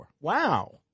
Wow